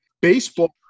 Baseball